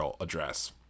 address